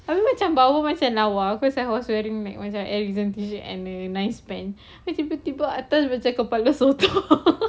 habis macam bawah lawa cause I was wearing my what's that exam T shirt and the nice pant tiba-tiba atas macam kepala sotong